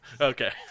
Okay